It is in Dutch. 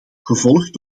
gevolgd